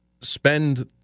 Spend